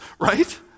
right